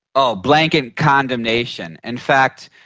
ah blanket condemnation. in fact,